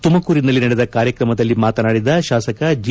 ತುಮಕೂರಿನಲ್ಲಿ ನಡೆದ ಕಾರ್ಯಕ್ರಮದಲ್ಲಿ ಮಾತನಾಡಿದ ಶಾಸಕ ಜಿ